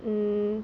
mm